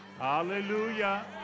Hallelujah